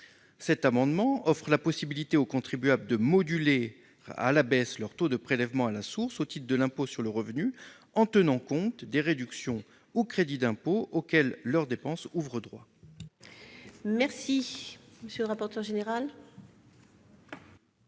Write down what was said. Cet amendement tend à offrir la possibilité aux contribuables de moduler à la baisse leur taux de prélèvement à la source au titre de l'impôt sur le revenu en tenant compte des réductions ou crédits d'impôt auxquels leurs dépenses ouvrent droit. Quel est l'avis de la